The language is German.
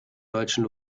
deutschen